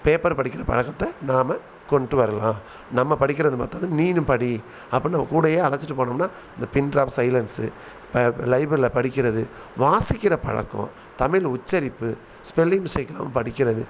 paper படிக்கிற பழக்கத்தை நாம் கொண்டுட்டு வரலாம் நம்ம படிக்கிறது பற்றாது நீயும் படி அப்புடினு நம்ம கூடவே அழைச்சிட்டு போனோம்னா இந்த பின் ட்ராப் சைலன்ஸு ப லைப்ரரியில் படிக்கிறது வாசிக்கிற பழக்கம் தமிழ் உச்சரிப்பு ஸ்பெல்லிங் மிஸ்டேக் இல்லாமல் படிக்கிறது